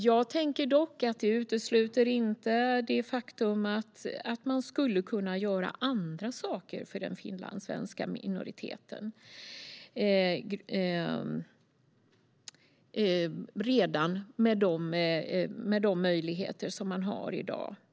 Jag tänker dock att det inte utesluter det faktum att man skulle kunna göra andra saker för den finlandssvenska minoriteten redan med de möjligheter som finns i dag.